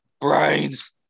Brains